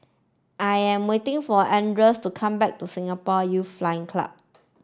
I am waiting for Andres to come back to Singapore Youth Flying Club